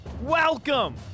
welcome